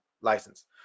license